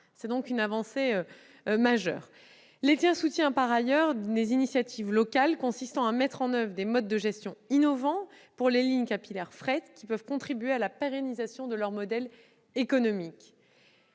C'est donc une avancée majeure. L'État soutient par ailleurs des initiatives locales, consistant à mettre en oeuvre des modes de gestion innovants pour les lignes capillaires fret, qui peuvent contribuer à la pérennisation de leur modèle économique.